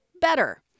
better